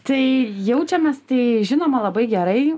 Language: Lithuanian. tai jaučiamės tai žinoma labai gerai